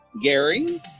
Gary